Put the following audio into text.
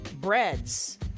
breads